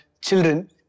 children